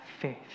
faith